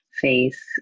face